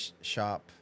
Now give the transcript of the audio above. shop